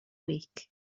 week